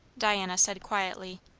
diana said quietly.